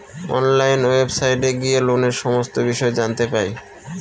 online ওয়েবসাইটে গিয়ে লোনের সমস্ত বিষয় জানতে পাই